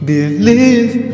Believe